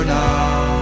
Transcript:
now